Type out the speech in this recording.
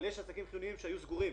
אבל יש עסקים חיוניים שהיו סגורים